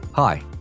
Hi